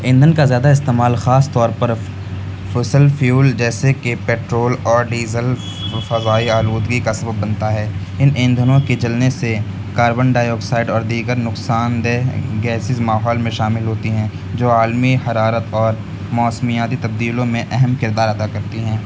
ایندھن کا زیادہ استعمال خاص طور پر فسل فیول جیسے کہ پٹرول اور ڈیزل فضائی آلودگی کا سبب بنتا ہے ان ایندھنوں کے جلنے سے کاربن ڈائی آکسائڈ اور دیگر نقصان دہ گیسز ماحول میں شامل ہوتی ہیں جو عالمی حرارت اور موسمیاتی تبدیلیوں میں اہم کردار ادا کرتی ہیں